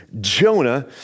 Jonah